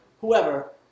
whoever